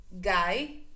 guy